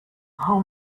how